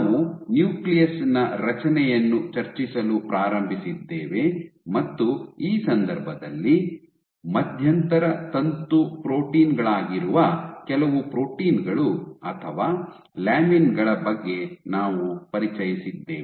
ನಾವು ನ್ಯೂಕ್ಲಿಯಸ್ ನ ರಚನೆಯನ್ನು ಚರ್ಚಿಸಲು ಪ್ರಾರಂಭಿಸಿದ್ದೇವೆ ಮತ್ತು ಈ ಸಂದರ್ಭದಲ್ಲಿ ಮಧ್ಯಂತರ ತಂತು ಪ್ರೋಟೀನ್ ಗಳಾಗಿರುವ ಕೆಲವು ಪ್ರೋಟೀನ್ ಗಳು ಅಥವಾ ಲ್ಯಾಮಿನ್ ಗಳ ಬಗ್ಗೆ ನಾವು ಪರಿಚಯಿಸಿದ್ದೇವೆ